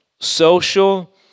Social